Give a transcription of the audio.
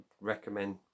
recommend